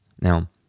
Now